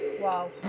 Wow